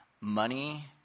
money